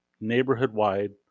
neighborhood-wide